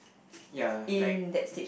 ya like